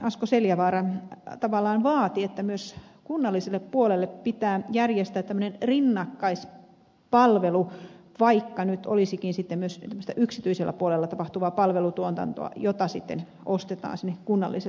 asko seljavaara tavallaan vaati että myös kunnalliselle puolelle pitää järjestää tämmöinen rinnakkaispalvelu vaikka nyt olisikin sitten myös yksityisellä puolella tapahtuvaa palvelutuotantoa jota sitten ostetaan kunnalliselle puolelle